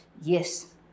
Yes